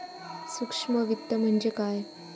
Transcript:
सूक्ष्म वित्त म्हणजे काय?